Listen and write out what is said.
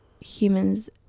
humans